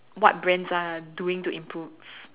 what Brands are doing to improve